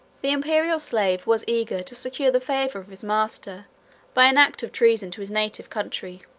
the imperial slave was eager to secure the favor of his master by an act of treason to his native country.